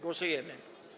Głosujemy.